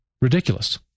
ridiculous